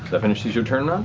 that finishes your turn, ah